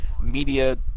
media